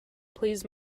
please